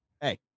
hey